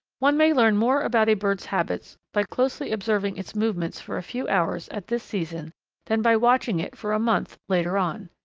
one may learn more about a bird's habits by closely observing its movements for a few hours at this season than by watching it for a month later on.